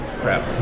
crap